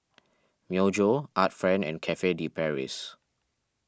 Myojo Art Friend and Cafe De Paris